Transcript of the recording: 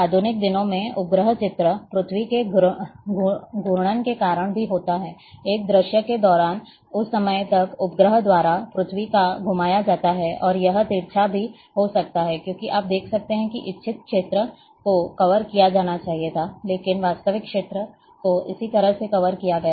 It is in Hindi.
आधुनिक दिनों में उपग्रह चित्र पृथ्वी के घूर्णन के कारण भी होता है एक दृश्य के दौरान उस समय तक उपग्रह द्वारा पृथ्वी को घुमाया जाता है और यह तिरछा भी हो सकता है क्योंकि आप देख सकते हैं कि इच्छित क्षेत्र को कवर किया जाना चाहिए था लेकिन वास्तविक क्षेत्र को इस तरह से कवर किया गया है